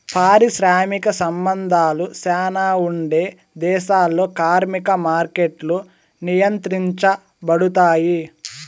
పారిశ్రామిక సంబంధాలు శ్యానా ఉండే దేశాల్లో కార్మిక మార్కెట్లు నియంత్రించబడుతాయి